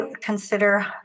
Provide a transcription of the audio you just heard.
consider